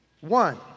One